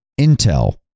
Intel